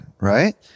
right